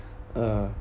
uh